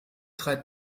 drei